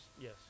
yes